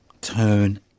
turn